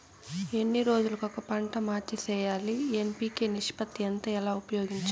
ఎన్ని రోజులు కొక పంట మార్చి సేయాలి ఎన్.పి.కె నిష్పత్తి ఎంత ఎలా ఉపయోగించాలి?